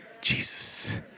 Jesus